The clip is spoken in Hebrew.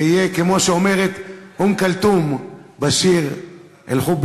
ויהיה כמו שאומרת אום כולתום בשיר "אלחוב,